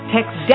Text